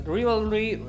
rivalry